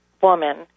woman